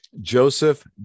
Joseph